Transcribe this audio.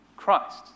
Christ